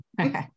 Okay